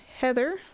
Heather